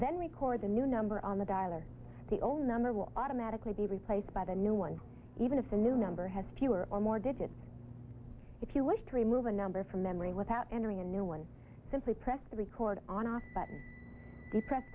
then record the new number on the dial or the old number will automatically be replaced by the new one even if the new number has fewer or more digits if you wish to remove a number from memory without entering a new one simply press record on a button to press